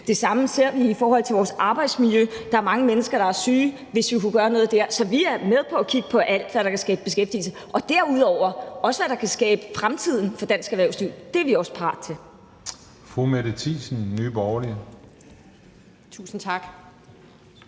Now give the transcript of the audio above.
Det samme ser vi i forhold til vores arbejdsmiljø. Der er mange mennesker, der er syge, og tænk, hvis vi kunne gøre noget dér. Så vi er med på at kigge på alt, hvad der kan skabe beskæftigelse, og derudover også, hvad der kan skabe fremtiden for dansk erhvervsliv. Det er vi også parate til. Kl. 13:58 Den fg. formand